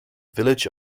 village